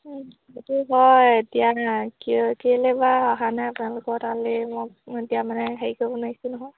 সেইটো হয় এতিয়া কিয় কেলৈবা অহা নাই আপোনালোকৰ তালৈ মই এতিয়া মানে হেৰি কৰিব নোৱাৰিছোঁ নহয়